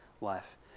life